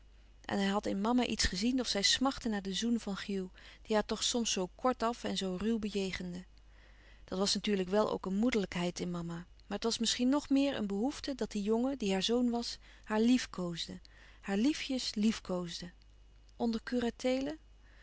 en hij had in mama iets gezien of zij smachtte naar den zoen van hugh die haar toch soms zoo kort-af en zoo ruw bejegende dat was natuurlijk wel ook een moederlijkheid in mama maar het was misschien nog meer een behoefte dat die jongen die haar zoon was haar liefkoosde haar liefjes liefkoosde onder